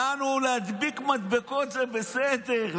יעני, להדביק מדבקות זה בסדר.